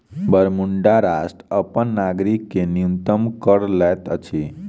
Bermuda राष्ट्र अपन नागरिक से न्यूनतम कर लैत अछि